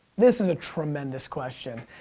this is a tremendous question.